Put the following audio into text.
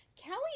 Kelly